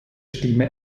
stimme